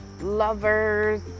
lovers